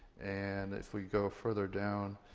and if we go further down,